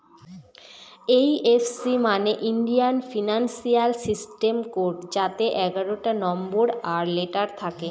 IFC মানে Indian financial system code যাতে এগারোটা নম্বর আর লেটার থাকে